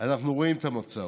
אנחנו רואים את המצב.